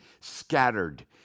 scattered